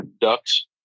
ducks